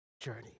journey